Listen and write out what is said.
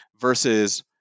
versus